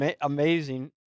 amazing